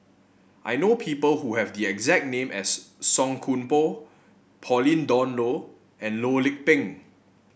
I know people who have the exact name as Song Koon Poh Pauline Dawn Loh and Loh Lik Peng